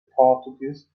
portuguese